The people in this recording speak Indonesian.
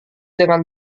dengan